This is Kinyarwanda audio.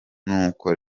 n’uko